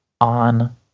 on